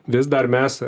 vis dar mes